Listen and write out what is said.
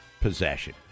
possession